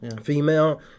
female